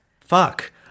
fuck